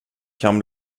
kan